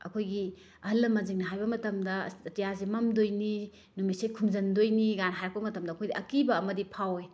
ꯑꯩꯈꯣꯏꯒꯤ ꯑꯍꯜ ꯂꯃꯟꯁꯤꯡꯅ ꯍꯥꯏꯕ ꯃꯇꯝꯗ ꯑꯁ ꯑꯇꯤꯌꯥꯁꯤ ꯃꯝꯗꯣꯏꯅꯤ ꯅꯨꯃꯤꯠꯁꯦ ꯈꯨꯝꯖꯤꯟꯗꯣꯏꯅꯤꯒꯅ ꯍꯥꯏꯔꯛꯄ ꯃꯇꯝꯗ ꯑꯩꯈꯣꯏꯗ ꯑꯀꯤꯕ ꯑꯃꯗꯤ ꯐꯥꯎꯋꯦ